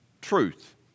truth